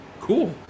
cool